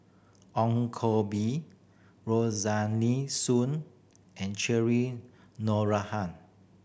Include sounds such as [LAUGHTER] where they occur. Ong Koh Bee [UNINTELLIGIBLE] Soon and Cherry [UNINTELLIGIBLE]